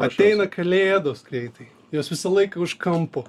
ateina kalėdos greitai jos visą laiką už kampo